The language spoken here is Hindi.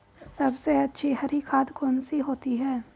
सबसे अच्छी हरी खाद कौन सी होती है?